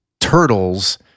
turtles